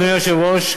אדוני היושב-ראש,